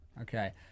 Okay